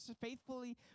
faithfully